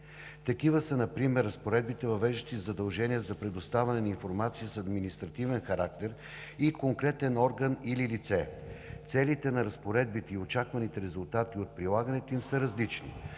Такива са например разпоредбите, въвеждащи задължения за предоставяне на информация с административен характер и конкретен орган или лице. Целите на разпоредбите и очакваните резултати от прилагането им са различни.